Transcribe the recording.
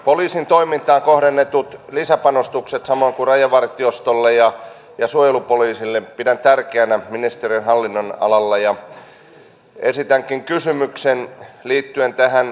poliisin toimintaan kohdennettuja lisäpanostuksia samoin kuin rajavartiostolle ja suojelupoliisille pidän tärkeinä ministeriön hallinnonalalla ja esitänkin kysymyksen liittyen tähän kiinteistöasiaan